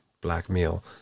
blackmail